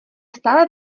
stále